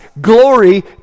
glory